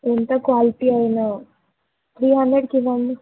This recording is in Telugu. ఎంత క్వాలిటీ అయినా త్రీ హండ్రెడ్కి ఇవ్వండి